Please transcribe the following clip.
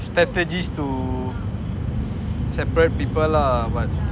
strategies to seperate people lah but